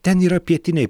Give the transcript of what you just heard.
ten yra pietiniai